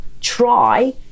try